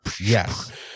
yes